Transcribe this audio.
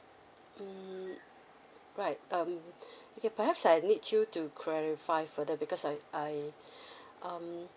hmm right um okay perhaps I need you to clarify further because I I um